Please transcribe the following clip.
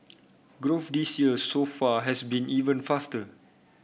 growth this year so far has been even faster